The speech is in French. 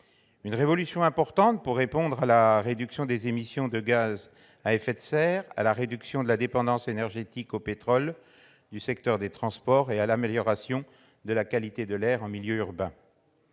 une révolution importante pour répondre à la réduction des émissions de gaz à effet de serre, à la diminution de la dépendance énergétique au pétrole du secteur des transports et à l'amélioration de la qualité de l'air en milieu urbain.